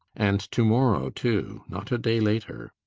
and to-morrow too not a day later!